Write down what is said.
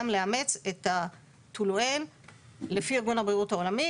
גם לאמץ את הטולואן לפי ארגון הבריאות העולמי